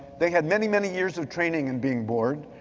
they had many, many years of training in being bored,